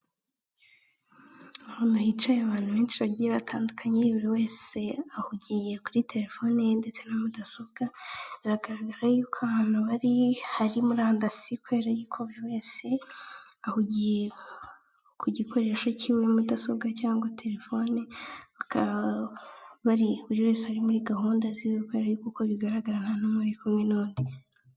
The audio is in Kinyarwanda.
Ahantu hicaye abantu benshi bagiye batandukanye, buri wese ahugiye kuri telefone ye ndetse na mudasobwa. Biragaragara yuko ahantu bari hari murandasi kubera ko buri wese ahugiye ku gikoresho kiiwe, mudasobwa cyangwa telefoni buri wese ari muri gahunda ziwe kubera ko uko bigaragara nta n'umwe uri kumwe n'undi.